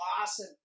awesome